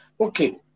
Okay